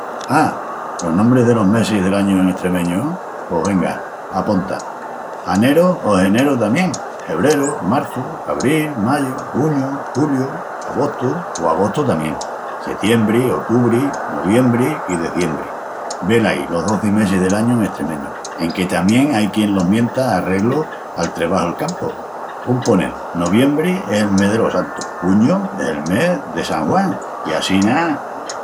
A, los nombris delos mesis del añu en estremeñu? Pos venga, aponta. Aneru, o jeneru tamién, hebreru, marçu, abril, mayu, juñu, juliu, abostu, o agostu tamién, setiembri, otubri, noviembri i deziembri. Velaí los dozi mesis del añu en estremeñu, enque tamién ai quien los mienta arreglu al trebaju'l campu. Un ponel, noviembri es el mes delos Santus, juñu es el mes de San Juan i assina...